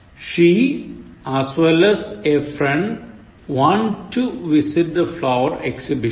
She as well as a friend want to visit the flower exhibition